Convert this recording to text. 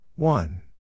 One